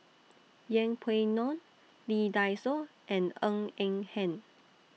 Yeng Pway Ngon Lee Dai Soh and Ng Eng Hen